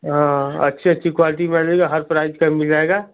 हाँ अच्छी अच्छी क्वालिटी में आ जाएगा हर प्राइज का मिल जाएगा